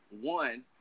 One